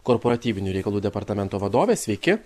korporatyvizmo reikalų departamento vadovė sveiki